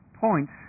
points